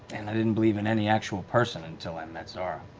and i didn't believe in any actual person until i met zahra.